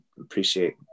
appreciate